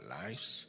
lives